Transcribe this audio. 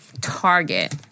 Target